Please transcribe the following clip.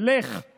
"לך";